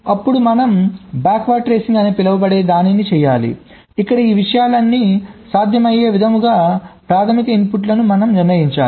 అప్పుడు మనం backward tracing అని పిలువబడే దానిని ని ని ని చేయాలి ఇక్కడ ఈ విషయాలన్నీ సాధ్యమయ్యే విధముగా ప్రాధమిక ఇన్పుట్లను మనం నిర్ణయించాలి